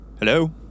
Hello